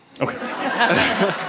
Okay